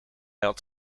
had